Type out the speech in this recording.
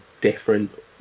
different